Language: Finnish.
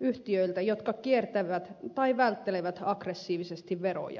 yhtiöiltä jotka kiertävät tai välttelevät aggressiivisesti veroja